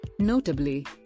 Notably